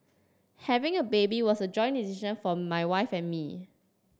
having a baby was a joint decision for my wife and me